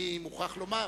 אני מוכרח לומר